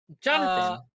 Jonathan